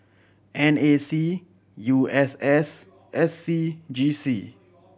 N A C U S S and S C G C